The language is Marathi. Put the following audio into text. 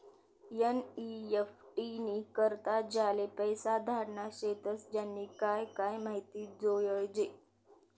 एन.ई.एफ.टी नी करता ज्याले पैसा धाडना शेतस त्यानी काय काय माहिती जोयजे